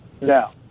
now